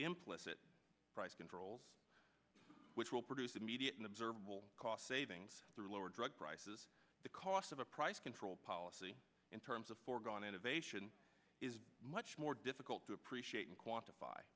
implicit price controls which will produce immediate and observable cost savings through lower drug prices the cost of a price control policy in terms of foregone innovation is much more difficult to appreciate and quantify